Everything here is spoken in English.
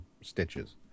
stitches